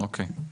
אוקיי.